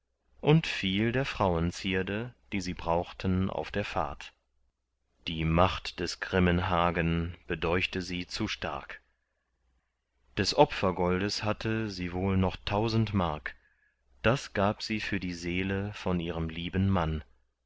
und viel der frauenzierde die sie brauchten auf der fahrt die macht des grimmen hagen bedeuchte sie zu stark des opfergoldes hatte sie wohl noch tausend mark das gab sie für die seele von ihrem lieben mann